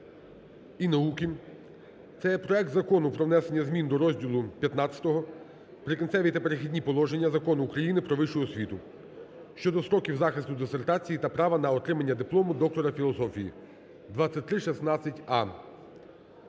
і науки – це є проект Закону про внесення змін до розділу ХV "Прикінцеві та перехідні положення" Закону України "Про вищу освіту" щодо строків захисту дисертацій та права на отримання диплому доктора філософії (2316а).